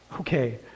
okay